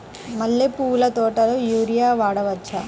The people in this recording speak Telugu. మల్లె పూల తోటలో యూరియా వాడవచ్చా?